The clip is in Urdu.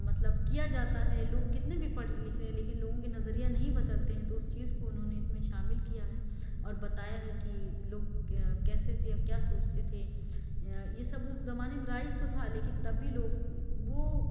مطلب کیا جاتا ہے لوگ کتنے بھی پڑھ لکھ لیں لیکن لوگوں کے نظریہ نہیں بدلتے ہیں تو اُس چیز کو اُنہوں نے اِس میں شامل کیا ہے اور بتایا ہے کہ لوگ کیسے تھے اور کیا سوچتے تھے یہ سب اُس زمانے میں رائج تو تھا لیکن تب بھی لوگ وہ